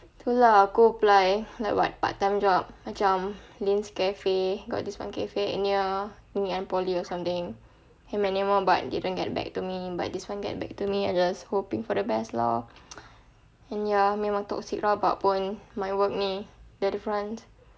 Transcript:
tu lah aku go apply like what part time job macam lyn's cafe got this one cafe near ngee ann poly or something but didn't get back to me but this one get back to me I just hoping for the best lor and ya memang tu rabak pun my work ni delifrance